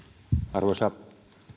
arvoisa